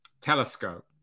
telescope